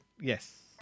Yes